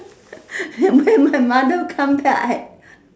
and when my mother come back I